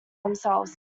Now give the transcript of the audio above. themselves